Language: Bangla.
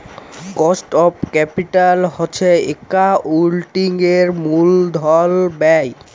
কস্ট অফ ক্যাপিটাল হছে একাউল্টিংয়ের মূলধল ব্যায়